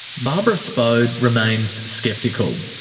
barbara spode remains sceptical.